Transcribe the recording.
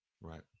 Right